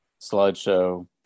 slideshow